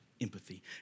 empathy